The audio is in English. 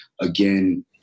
Again